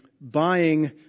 buying